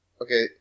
okay